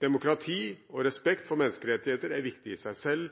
Demokrati og respekt for menneskerettigheter er viktig i seg selv.